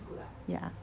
ya